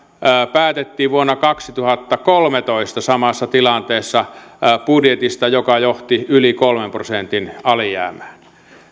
päätettiin vuonna kaksituhattakolmetoista samassa tilanteessa budjetista joka johti yli kolmen prosentin alijäämään